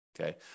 okay